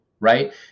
Right